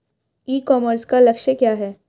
ई commerce का लक्ष्य क्या है?